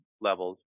levels